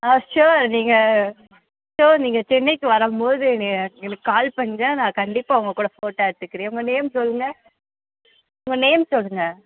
ஆ sure நீங்கள் sure நீங்கள் சென்னைக்கு வரும்போது என்னை எனக்கு கால் பண்ணுங்க நான் கண்டிப்பாக உங்கள்கூட ஃபோட்டாே எடுத்துக்கிறேன் உங்கள் நேம் சொல்லுங்க உங்கள் நேம் சொல்லுங்க